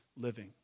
living